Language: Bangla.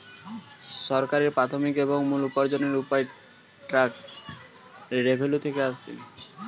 সরকারের প্রাথমিক এবং মূল উপার্জনের উপায় ট্যাক্স রেভেন্যু থেকে আসে